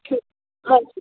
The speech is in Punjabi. ਠੀਕ ਹਾਂਜੀ